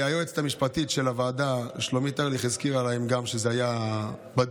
היועצת המשפטית של הוועדה שלומית ארליך הזכירה להם גם שזה היה בדיון,